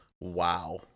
Wow